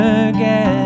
again